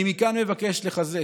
אני מכאן מבקש לחזק,